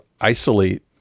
isolate